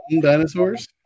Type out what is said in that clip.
dinosaurs